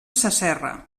sasserra